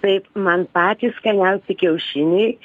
taip man patys skaniausi kiaušiniai